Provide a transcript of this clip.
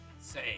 Say